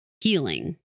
healing